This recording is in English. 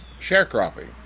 sharecropping